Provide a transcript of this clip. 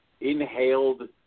inhaled